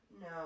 no